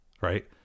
Right